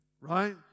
right